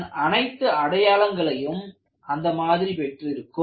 இதன் அனைத்து அடையாளங்களையும் அந்தமாதிரி பெற்றிருக்கும்